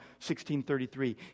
16.33